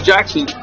Jackson